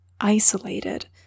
isolated